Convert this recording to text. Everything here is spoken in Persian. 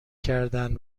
کردن